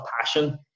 passion